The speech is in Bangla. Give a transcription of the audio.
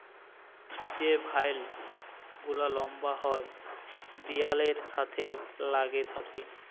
যে ভাইল গুলা লম্বা হ্যয় দিয়ালের সাথে ল্যাইগে থ্যাকে